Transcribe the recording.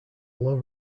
low